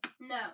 No